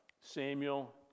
Samuel